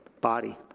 body